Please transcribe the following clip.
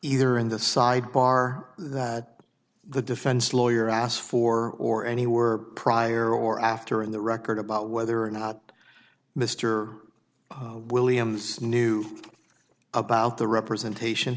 either in the sidebar that the defense lawyer asked for or any were prior or after in the record about whether or not mr williams knew about the representation